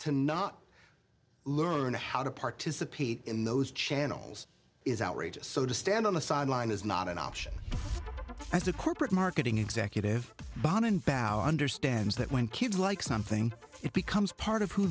to not learn how to participate in those channels is outrageous so to stand on the sideline is not an option as a corporate marketing executive bonnin ballenger stands that when kids like something it becomes part of who